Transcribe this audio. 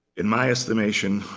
in my estimation,